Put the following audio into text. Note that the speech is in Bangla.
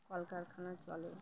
কলকারখানা চলে